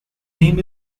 name